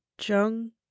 Jung